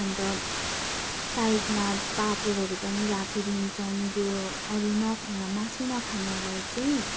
अन्त साइडमा पापडहरू पनि राखिदिन्छौँ त्यो अरू न मासु नखानेहरूलाई चाहिँ